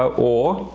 or